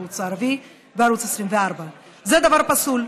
הערוץ הערבי וערוץ 24. זה דבר פסול.